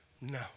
No